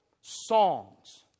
songs